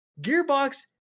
Gearbox